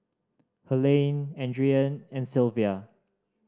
Helaine Adrienne and Sylvia